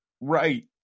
Right